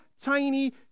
tiny